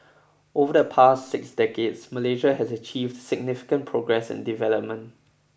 over the past six decades Malaysia has achieved significant progress and development